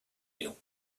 meal